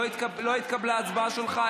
לא התקבלה ההצבעה שלך?